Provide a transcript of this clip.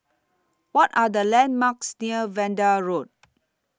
What Are The landmarks near Vanda Road